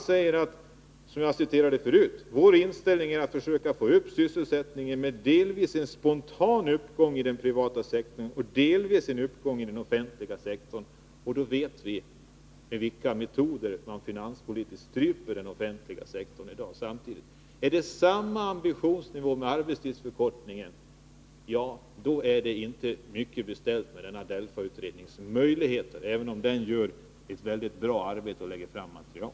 Kjell-Olof Feldt säger: ”Vår inställning är att försöka få upp sysselsättningen med delvis en spontan uppgång i den privata sektorn och delvis en uppgång i den offentliga sektorn.” Och då vet vi med vilka metoder man samtidigt finanspolitiskt stryper den offentliga sektorn i dag. Är det samma ambitionsnivå beträffande arbetstidsförkortningen, då är det inte mycket beställt med DELFA-utredningens möjligheter, även om den gör ett mycket bra arbete och lägger fram material.